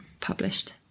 published